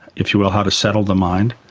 if you will, how to settle the mind,